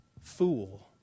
fool